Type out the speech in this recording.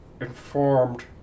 informed